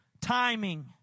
Timing